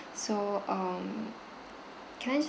so um can I